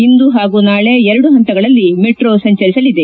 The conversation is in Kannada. ಇಂದು ಹಾಗೂ ನಾಳೆ ಎರಡು ಹಂತಗಳಲ್ಲಿ ಮೆಟ್ರೋ ಸಂಚರಿಸಲಿದೆ